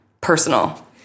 personal